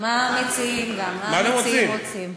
מה המציעים רוצים?